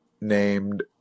named